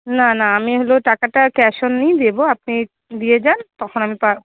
না না আমি হলো টাকাটা ক্যাশ অনই দেবো আপনি দিয়ে যান তখন আমি পা